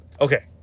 okay